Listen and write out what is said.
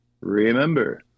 remember